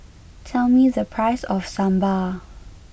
tell me the price of Sambar